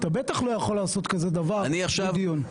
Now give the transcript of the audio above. אתה בטח לא יכול לעשות דבר כזה בלי דיון.